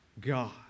God